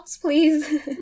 please